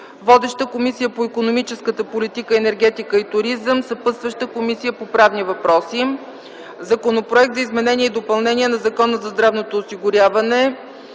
Водеща е Комисията по икономическата политика, енергетиката и туризъм. Съпътстваща е Комисията по правни въпроси. Законопроект за изменение и допълнение на Закона за здравното осигуряване.